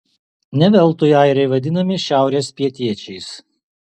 ne veltui airiai vadinami šiaurės pietiečiais